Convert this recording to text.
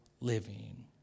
living